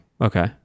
Okay